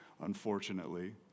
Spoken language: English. unfortunately